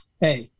hey